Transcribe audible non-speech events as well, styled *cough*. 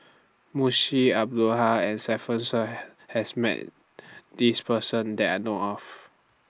Munshi Abdullah and Stefanie Sun *noise* has Met This Person that I know of